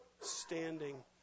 standing